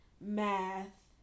Math